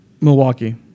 Milwaukee